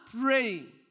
praying